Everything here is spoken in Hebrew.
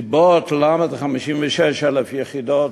סיבות למה זה 56,000 יחידות,